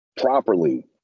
properly